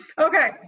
okay